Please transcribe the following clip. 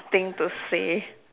thing to say